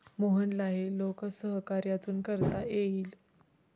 मोहनला हे लोकसहकार्यातून करता येईल